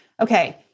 okay